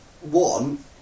one